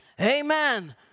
Amen